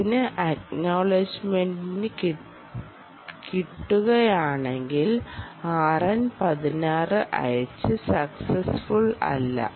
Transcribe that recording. ഇതിന് അക്നോളജ്മെന്റെ കിട്ടുകയാണെങ്കിൽ RN16 അയച്ചത് സക്സസ്ഫുൾ അല്ല